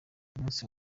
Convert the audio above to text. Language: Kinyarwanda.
umunsi